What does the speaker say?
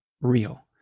real